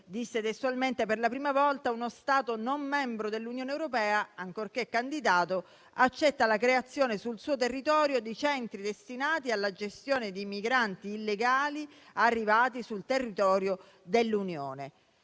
disse testualmente: «per la prima volta uno Stato non membro dell'Unione europea, ancorché candidato, accetta la creazione sul suo territorio di centri destinati alla gestione dei migranti illegali arrivati sul territorio dell'Unione».